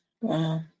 Wow